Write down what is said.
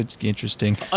interesting